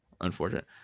unfortunate